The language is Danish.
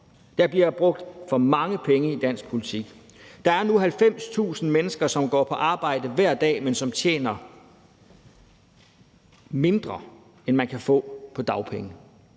Der bliver brugt for mange penge i dansk politik. Der er nu 90.000 mennesker, som går på arbejde hver dag, men som tjener mindre end det, man kan få på dagpenge.